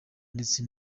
ndetse